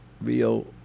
real